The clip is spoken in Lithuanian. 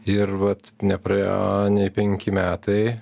ir vat nepraėjo nei penki metai